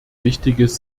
wichtiges